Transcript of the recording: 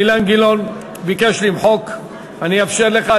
אילן גילאון ביקש למחוק, אני אאפשר לך.